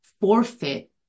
forfeit